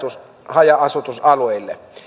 haja asutusalueille